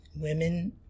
women